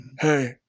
Hey